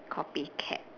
copycat